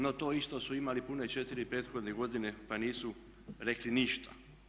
No to isto su imali pune četiri prethodne godine pa nisu rekli ništa.